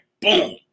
boom